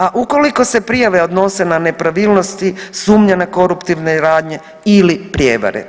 A ukoliko se prijave odnose na nepravilnosti, sumnja na koruptivne radnje ili prijevare.